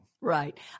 Right